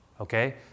okay